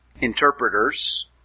interpreters